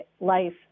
Life